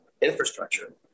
infrastructure